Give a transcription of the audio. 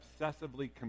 obsessively